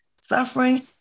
suffering